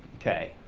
okay.